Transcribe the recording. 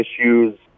issues